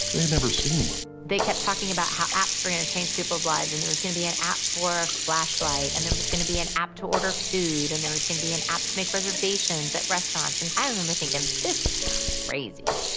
they had never seen one. they kept talking about how apps were going to change people's lives and there was going to be an app for a flashlight and there was going to be an app to order food and there was going to be an app to make reservations at restaurants. and i remember thinking, this is crazy.